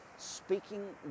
speaking